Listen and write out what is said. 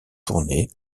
tournée